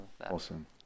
awesome